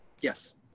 Yes